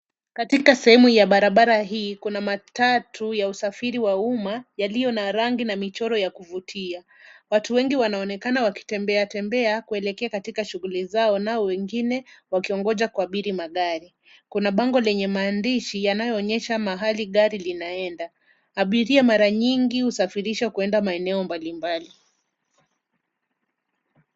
Katika seehemu ya barabara hii kuna matatu ya usafiri wa umma yaliyo na rangi na michoro ya kuvutia. Watu wengi wanaonekana wakitembea tembea kuelekea katika shughuli zao na hao wengine wakigoja kuabiri magari. Kuna bango lenye maandishi yanayoonyesha mahali gari linaenda. Abiria mara nyingi husafirishwa kwenda maeneo mbalimbali.